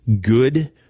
good